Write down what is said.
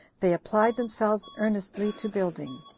they applied themselves earnestly to building,